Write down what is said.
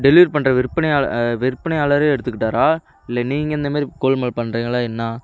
delivery பண்ணுற விற்பனையாள விற்பனையாளரே எடுத்துக்கிட்டாரா இல்லை நீங்கள் இந்தமாரி கோல்மால் பண்ணுறீங்களா என்ன